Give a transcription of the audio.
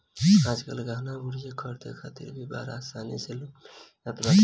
आजकल गहना गुरिया खरीदे खातिर भी बड़ा आसानी से लोन मिल जात बाटे